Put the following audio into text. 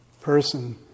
person